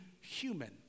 human